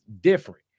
different